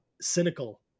cynical